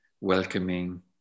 welcoming